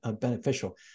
beneficial